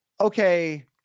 okay